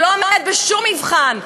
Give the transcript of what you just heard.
שלא עומד בשום מבחן,